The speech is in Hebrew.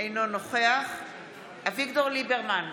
אינו נוכח אביגדור ליברמן,